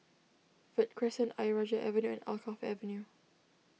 Verde Crescent Ayer Rajah Avenue and Alkaff Avenue